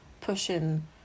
pushing